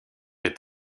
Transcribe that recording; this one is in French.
est